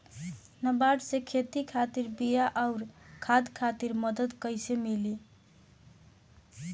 नाबार्ड से खेती खातिर बीया आउर खाद खातिर मदद कइसे मिली?